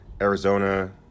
Arizona